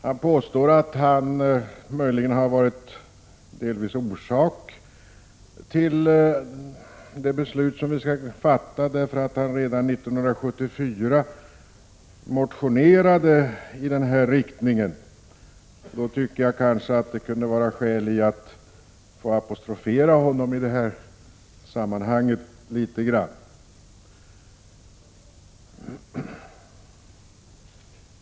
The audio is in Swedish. Han påstår att han möjligen delvis har varit orsak till det beslut som vi skall fatta därför att han redan 1974 motionerade i den riktning som förslaget har. Jag tycker därför att det kan finnas skäl att få apostrofera honom litet i detta sammanhang.